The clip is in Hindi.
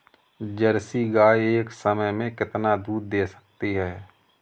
जर्सी गाय एक समय में कितना दूध दे सकती है?